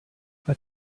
what